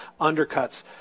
undercuts